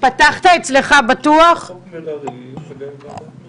2.5. המספרים האלה